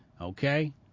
Okay